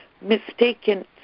mistaken